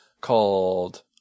called